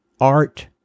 art